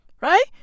Right